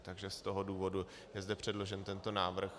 Takže z toho důvodu je zde předložen tento návrh.